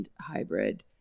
hybrid